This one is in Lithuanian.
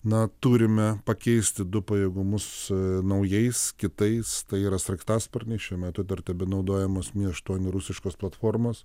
na turime pakeisti du pajėgumus naujais kitais tai yra sraigtasparniai šiuo metu dar tebenaudojamos mi aštuoni rusiškos platformos